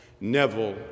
Neville